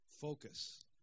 focus